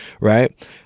Right